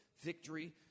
victory